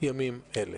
ימים אלה.